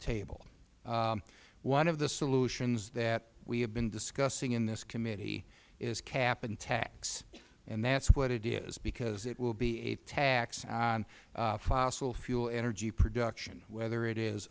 table of one of the solutions that we have been discussing in this committee is cap and tax and that is what it is because it will be a tax on fossil fuel energy production whether it is